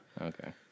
Okay